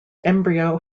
embryo